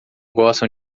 gostam